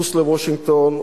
טוס לוושינגטון,